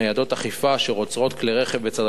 ניידות אכיפה אשר עוצרות כלי-רכב בצד